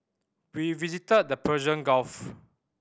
we visited the Persian Gulf